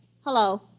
Hello